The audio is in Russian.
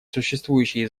существующие